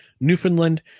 Newfoundland